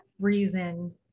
reason